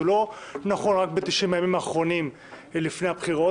הוא לא נכון רק ב-90 הימים האחרונים לפני הבחירות,